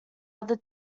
other